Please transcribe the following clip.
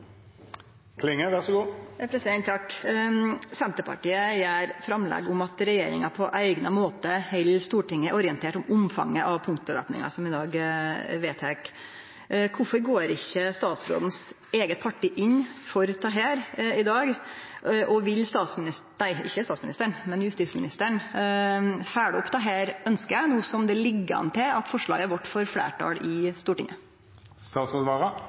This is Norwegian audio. Senterpartiet gjer framlegg om at regjeringa på eigna måte held Stortinget orientert om omfanget av punktvæpninga som vi i dag vedtek. Kvifor går ikkje statsråden sitt eige parti inn for dette i dag? Og vil justisministeren følgje opp dette ønsket, no som det ligg an til at forslaget vårt får fleirtal i